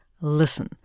Listen